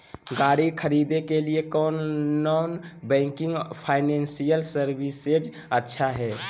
गाड़ी खरीदे के लिए कौन नॉन बैंकिंग फाइनेंशियल सर्विसेज अच्छा है?